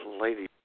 Lady